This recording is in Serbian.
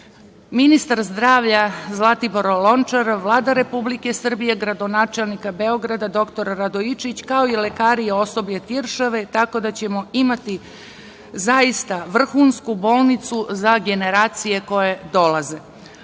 ministar zdravlja Zlatibor Lončar, Vlada Republike Srbije, gradonačelnik Beograda dr Radojičić, kao i lekari i osoblje Tiršove, tako da ćemo imati zaista vrhunsku bolnicu za generacije koje dolaze. Kroz